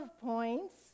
points